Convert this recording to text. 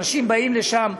אנשים באים לשם,